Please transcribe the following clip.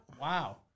wow